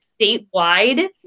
statewide